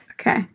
okay